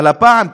אבל הפעם,